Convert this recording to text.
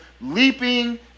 leaping